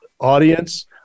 audience